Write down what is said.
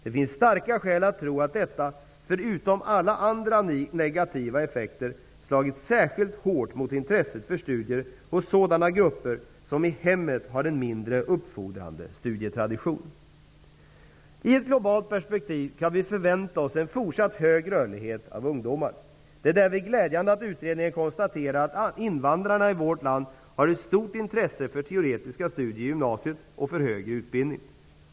Det finns starka skäl att tro att detta, förutom alla andra negativa effekter, slagit särskilt hårt mot intresset för studier hos sådana grupper som i hemmet har en mindre uppfordrande studietradition. I ett globalt perspektiv kan vi förvänta oss en fortsatt hög rörlighet av ungdomar. Det är därvid glädjande att utredningen konstaterar att invandrarna i vårt land har ett stort intresse för teoretiska studier i gymnasiet och för högre utbildning.